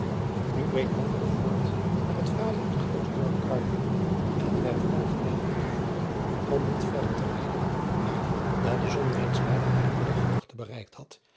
reed men al voort naar het fraaije en groote dorp ruiningen en werd algemeen goedgevonden om niet verder te rijden maar daar de zon reeds bijna hare middaghoogte bereikt had